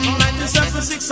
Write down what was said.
1976